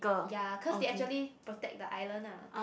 ya cause they actually protect the island ah